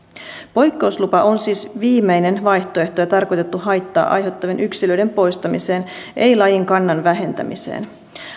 poikkeuslupa on siis viimeinen vaihtoehto ja tarkoitettu haittaa aiheuttavien yksilöiden poistamiseen ei lajin kannan vähentämiseen